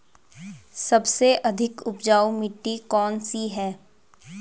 सबसे अधिक उपजाऊ मिट्टी कौन सी है?